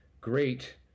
great